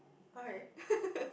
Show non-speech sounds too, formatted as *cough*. why *laughs*